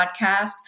podcast